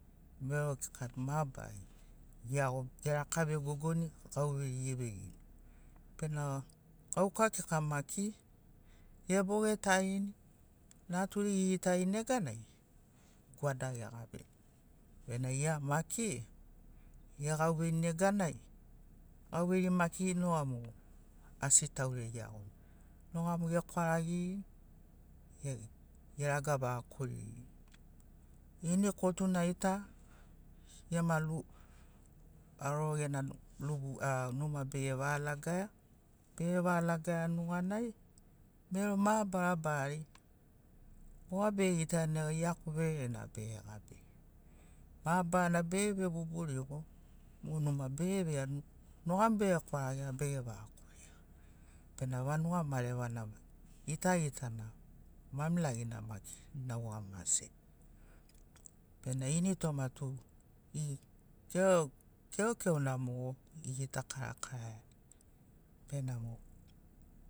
Mero kika tu mabarari eagoni eraka vegogoni gauvei eveirini bena gauka kika maki ebogetarini naturi egitarini neganai gwada egabini bena gia maki egauveini neganai gauveiri maki noga mo asi tauri ai eagoni noga mo ekwaragirini e eraga vagakoririni ini kotunai ta gema lub haroro gena lub a numa be va lagaia be va lagaia nuganai mero mabarabarari moa begitaianai iaku verere na be gabiri mabarana be vebuburigo mo numa bege veia noga mo bekwaragia be vaga koria bena vanuga marevana gitagitana mamilagina bena maki naua mase bena ini toma tu keokeo na mogo gegita karakaraiani benamo.